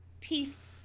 Peace